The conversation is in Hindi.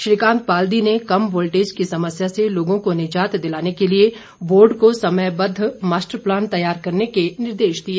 श्रीकांत बाल्दी ने कम वोल्टेज की समस्या से लोगों को निजात दिलाने के लिए बोर्ड को समयबद्व मास्टर प्लान तैयार करने के निर्देश दिए